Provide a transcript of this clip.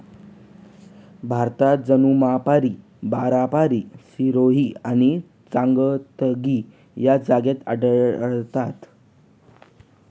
भारतात जमुनापारी, बारबारी, सिरोही आणि चांगथगी या जाती आढळतात